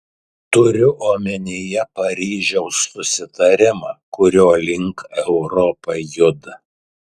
turiu omenyje paryžiaus susitarimą kurio link europa juda